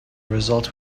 result